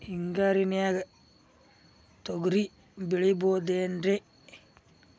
ಹಿಂಗಾರಿನ್ಯಾಗ ತೊಗ್ರಿ ಬೆಳಿಬೊದೇನ್ರೇ?